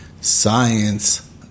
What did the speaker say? science